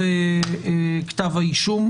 אישום.